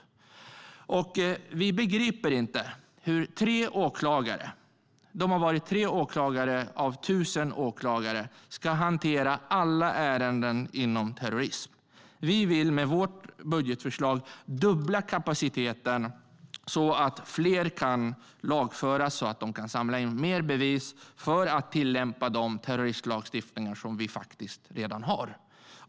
Vi begriper inte hur tre åklagare av 1 000 ska hantera alla ärenden inom terrorism. Vi vill med vårt budgetförslag dubbla kapaciteten så att fler kan lagföras och så att man kan samla in mer bevis för att tillämpa de terroristlagstiftningar som vi redan har.